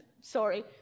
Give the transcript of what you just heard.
sorry